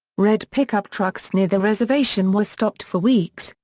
red pickup trucks near the reservation were stopped for weeks,